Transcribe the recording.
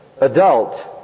adult